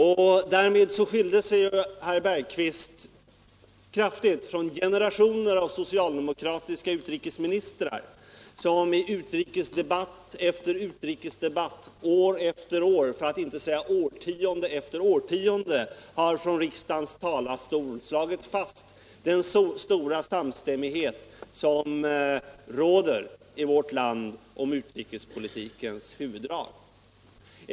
Därmed skilde sig herr Bergqvist kraftigt från generationer av socialdemokratiska utrikesministrar som i utrikesdebatt efter utrikesdebatt, år efter år, för att inte säga årtionde efter årtionde, från riksdagens talarstol har slagit fast den stora samstämmighet som råder i vårt land om utrikespolitikens huvuddrag.